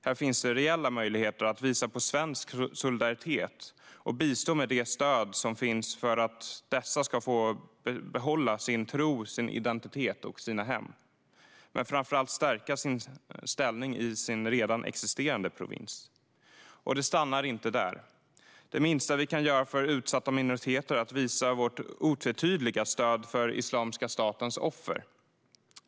Här finns reella möjligheter att visa på svensk solidaritet och bistå med det stöd som finns för att de ska få behålla tro, identitet och hem samt framför allt stärka deras ställning i deras redan existerande provins. Det stannar inte där. Det minsta vi kan göra för utsatta minoriteter är att visa vårt otvetydiga stöd för Islamiska statens offer.